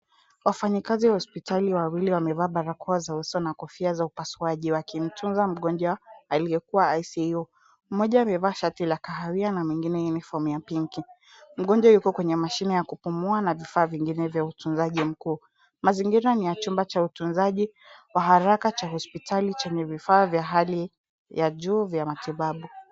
Wafanyikazi wa hospitali wawili wamevaa barakoa za uso na kofia za upasuaji wakimtunza mgonjwa aliyekuwa ICU . Mmoja amevaa shati la kahawia na mwingine uniform ya pinki. Mgonjwa yuko kwenye mashine ya kupumua na vifaa vingine vya utunzaji mkuu. Mazingira ni ya chumba cha utunzaji wa haraka cha hospitali chenye vifaa vya hali ya juu vya matibabu.